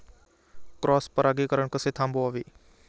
Cross परागीकरण कसे थांबवावे?